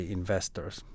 investors